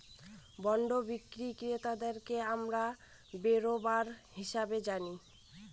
bond বিক্রি ক্রেতাদেরকে আমরা বেরোবার হিসাবে জানি